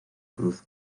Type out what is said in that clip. cruz